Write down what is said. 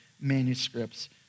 manuscripts